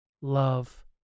Love